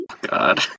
God